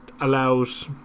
allows